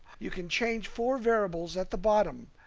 you can change four variables at the bottom.